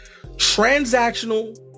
transactional